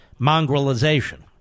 mongrelization